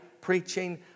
preaching